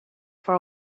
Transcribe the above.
for